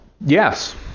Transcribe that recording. yes